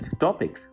topics